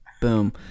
Boom